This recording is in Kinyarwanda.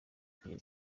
kugera